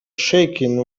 shaking